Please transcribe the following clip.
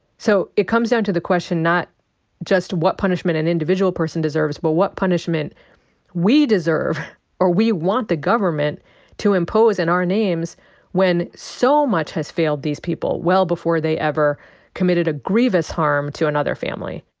so it comes down to the question not just what punishment an individual person deserves but what punishment we deserve or we want the government to impose in our names when so much has failed these people well before they ever committed a grievous harm to another family.